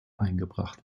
eingebracht